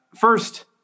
first